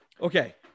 Okay